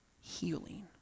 healing